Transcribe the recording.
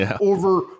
over